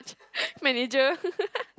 manager